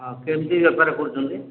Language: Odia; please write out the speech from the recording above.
ଆଉ କେମିତି ବେପାର କରୁଛନ୍ତି